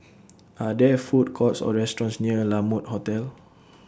Are There Food Courts Or restaurants near La Mode Hotel